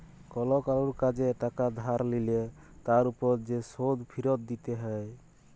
call কারুর কাজে টাকা ধার লিলে তার উপর যে শোধ ফিরত দিতে হ্যয়